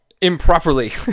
improperly